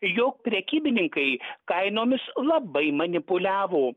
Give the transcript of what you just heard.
jog prekybininkai kainomis labai manipuliavo